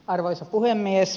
arvoisa puhemies